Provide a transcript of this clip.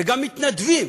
וגם מתנדבים.